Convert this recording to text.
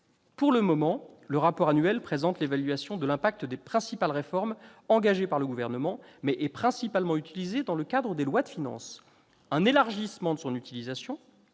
Pour le moment, le rapport annuel présente l'évaluation de l'impact des principales réformes engagées par le Gouvernement, mais il est principalement utilisé dans le cadre des lois de finances. Un élargissement de son utilisation,